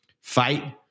fight